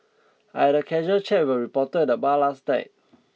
I had a casual chat with a reporter at bar last night